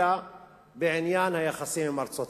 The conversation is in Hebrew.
אלא בעניין היחסים עם ארצות-הברית.